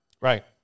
Right